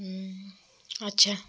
ଆଚ୍ଛା